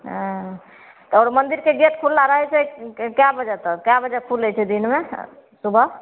हँ तऽ आओर मन्दिरके गेट खुल्ला रहय छै कए बजे तक कए बजे खूलय छै दिनमे सुबह